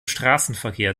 straßenverkehr